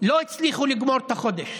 לא הצליחו לגמור את החודש,